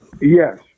Yes